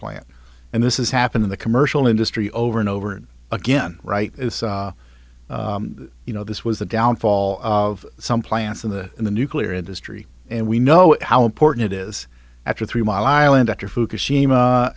plant and this is happened in the commercial industry over and over again then right you know this was the downfall of some plants in the in the nuclear industry and we know how important it is after three mile island after fukushima